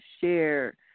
share